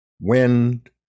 wind